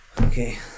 okay